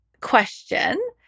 question